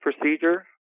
procedure